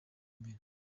mbere